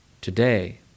today